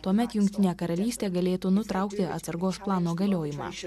tuomet jungtinė karalystė galėtų nutraukti atsargos plano galiojimą